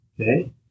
Okay